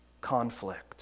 conflict